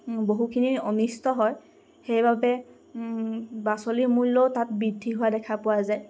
বহুখিনি অনিষ্ট হয় সেইবাবে পাচলিৰ মূল্যও তাত বৃদ্ধি হোৱা দেখা পোৱা যায়